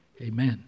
amen